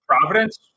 Providence